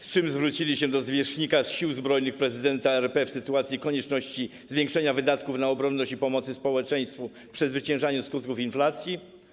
Z czym zwrócili się oni do zwierzchnika Sił Zbrojnych, prezydenta RP, w sytuacji konieczności zwiększenia wydatków na obronność i pomocy społeczeństwu w przezwyciężaniu skutków inflacji?